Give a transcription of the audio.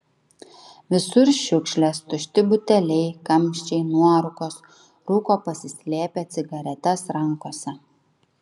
visur šiukšlės tušti buteliai kamščiai nuorūkos rūko pasislėpę cigaretes rankose